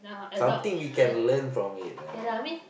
something we can learn from it ah